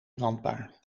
brandbaar